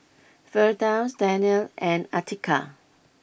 Firdaus Daniel and Atiqah